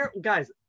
Guys